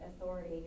authority